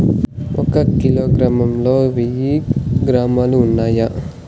ఒక కిలోగ్రామ్ లో వెయ్యి గ్రాములు ఉన్నాయి